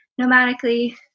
nomadically